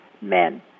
men